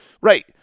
right